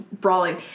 brawling